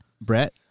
Brett